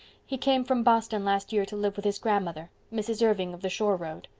he came from boston last year to live with his grandmother, mrs. irving of the shore road.